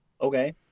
Okay